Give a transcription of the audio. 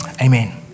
Amen